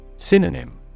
Synonym